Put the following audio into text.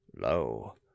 Lo